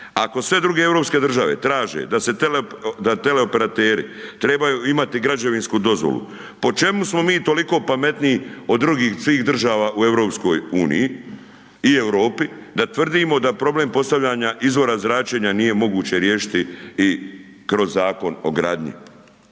Ako sve druge europske države traže da teleoperateri trebaju imati građevinsku dozvolu, po čemu smo mi toliko pametniji od drugih svih država u EU i Europi da tvrdimo da problem postavljanja izvora zračenja nije moguće riješiti i kroz Zakon o gradnji?